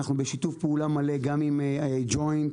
אנחנו בשיתוף פעולה גם עם הג'וינט,